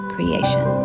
Creation